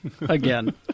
again